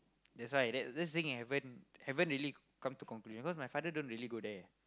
that's why at that that's the thing haven't haven't really come to conclusion cause my father don't really go there